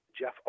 jeff